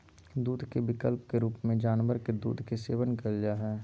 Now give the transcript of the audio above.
दूध के विकल्प के रूप में जानवर के दूध के सेवन कइल जा हइ